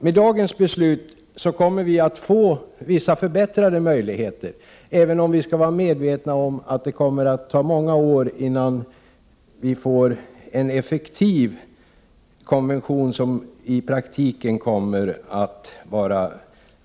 Med dagens beslut kommer vi att få en viss förbättring av möjligheterna, även om vi skall vara medvetna om att det kommer att ta många år innan vi får en effektiv konvention, som fungerar i praktiken.